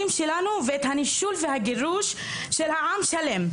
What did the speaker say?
שלנו ואת הנישול והגירוש של עם שלם.